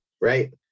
right